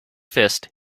fist